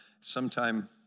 sometime